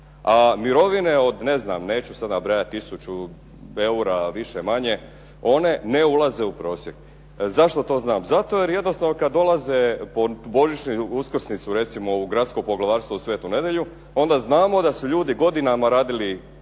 a mirovine od ne znam, neću sad nabrajati tisuću eura, više-manje, one ne ulaze u prosjek. Zašto to znam? Zato jer jednostavno kad dolaze po božićnicu i uskršnjicu recimo u gradsko poglavarstvo u Svetu Nedelju, onda znamo da su ljudi godinama radili